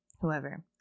whoever